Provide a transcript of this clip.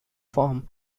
form